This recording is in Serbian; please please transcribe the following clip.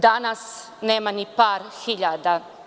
Danas nema ni par hiljada.